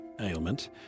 ailment